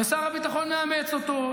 שר הביטחון מאמץ אותו.